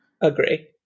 Agree